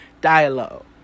Dialogue